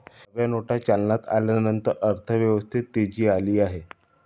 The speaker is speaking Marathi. नव्या नोटा चलनात आल्यानंतर अर्थव्यवस्थेत तेजी आली आहे